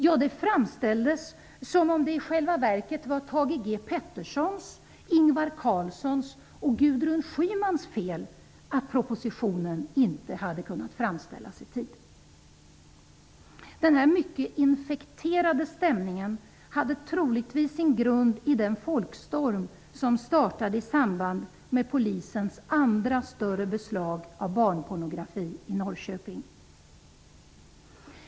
Ja, det framställdes som om det i själva verket var Thage G Petersons, Ingvar Carlssons och Gudrun Schymans fel att propositionen inte hade kunnat framställas i tid. Denna mycket infekterade stämning hade troligtvis sin grund i den folkstorm som startade i samband med polisens andra större beslag av barnpornografi i Norrköping.